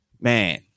Man